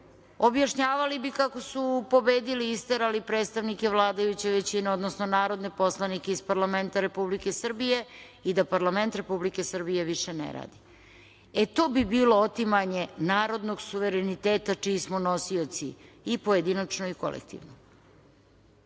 objašnjavali bi kako su pobedili, isterali predstavnike vladajuće većine, odnosno narodne poslanike iz parlamenta Republike Srbije i da parlament Republike Srbije više ne radi. E, to bi bilo otimanje narodnog suvereniteta čiji smo nosioci i pojedinačno i kolektivno. Želim